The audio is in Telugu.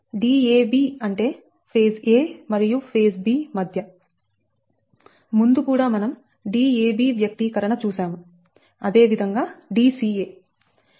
Dab అంటే ఫేజ్ a మరియు ఫేజ్ b మధ్య ముందు కూడా మనం Dab వ్యక్తీకరణ చూశాము అదే విధంగా Dca